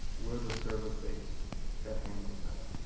we're the service base that handles that.